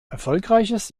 erfolgreiches